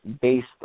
based